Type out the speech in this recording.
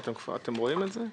אתם רואים את זה?